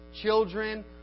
children